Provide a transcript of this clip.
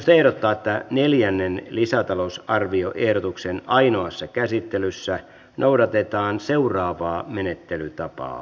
puhemiesneuvosto ehdottaa että neljännen lisätalousarvioehdotuksen ainoassa käsittelyssä noudatetaan seuraavaa menettelytapaa